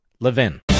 LEVIN